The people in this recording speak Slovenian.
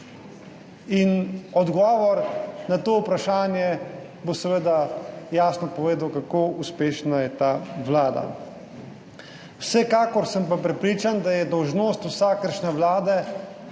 In odgovor na to vprašanje bo seveda jasno povedal, kako uspešna je ta vlada. Vsekakor sem pa prepričan, da je dolžnost vsakršne vlade,